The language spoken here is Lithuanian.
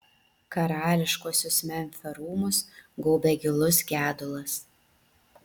karališkuosius memfio rūmus gaubė gilus gedulas